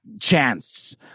chance